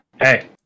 hey